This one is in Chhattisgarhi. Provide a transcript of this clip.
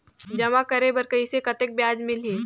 जमा करे बर कइसे कतेक ब्याज मिलही?